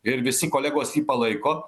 ir visi kolegos jį palaiko